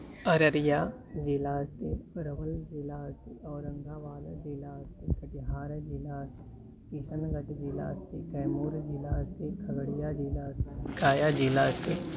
अररिया जिल्ला अस्ति प्रवल्जिला अस्ति औरङ्गाबादजिल्ला अस्ति कटिहारजिल्ला अस्ति किशन्गञ्ज् जिला अस्ति कैमूर्जिला अस्ति खगडिया जिला अस्ति काया जिल्ला अस्ति